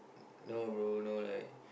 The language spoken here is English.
no bro no like